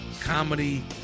comedy